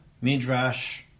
midrash